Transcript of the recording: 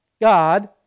God